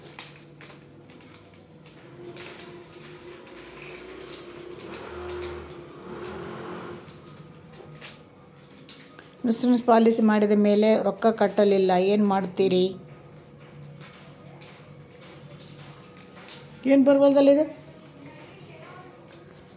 Insurance policy ಮಾಡಿದ ಮೇಲೆ ರೊಕ್ಕ ಕಟ್ಟಲಿಲ್ಲ ಏನು ಮಾಡುತ್ತೇರಿ?